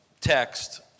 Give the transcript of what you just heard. text